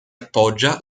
appoggia